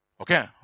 Okay